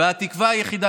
והתקווה היחידה,